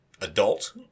adult